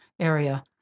area